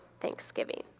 thanksgiving